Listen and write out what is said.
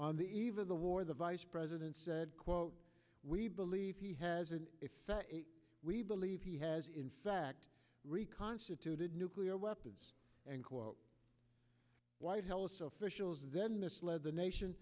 on the eve of the war the vice president said quote we believe he has an effect we believe he has in fact reconstituted nuclear weapons and quote white house officials then misled the nation